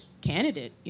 candidate